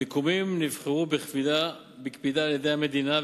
המיקומים נבחרו בקפידה על-ידי המדינה,